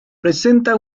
presenta